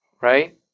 right